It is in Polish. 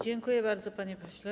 Dziękuję bardzo, panie pośle.